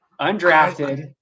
undrafted